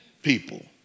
people